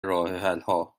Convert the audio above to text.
راهحلها